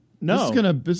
No